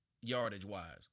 yardage-wise